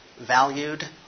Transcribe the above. valued